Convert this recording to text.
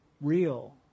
real